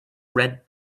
red